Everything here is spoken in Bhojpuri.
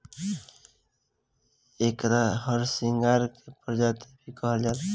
एकरा के हरसिंगार के प्रजाति भी कहल जाला